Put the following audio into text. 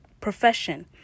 profession